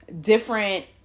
different